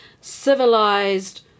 civilized